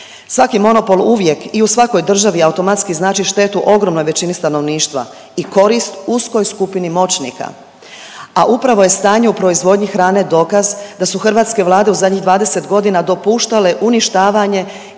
Svaki monopol uvijek i u svakoj državi automatski znači štetu ogromnoj većini stanovništva i korist uskoj skupini moćnika, a upravo je stanje u proizvodnji hrane dokaz da su hrvatske Vlade u zadnjih 20 godina dopuštale uništavanje